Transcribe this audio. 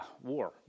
war